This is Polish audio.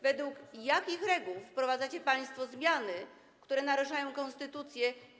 Według jakich reguł wprowadzacie państwo zmiany, które naruszają konstytucję?